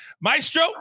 Maestro